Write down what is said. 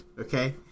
okay